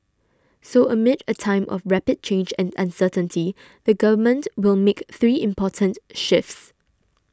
so amid a time of rapid change and uncertainty the Government will make three important shifts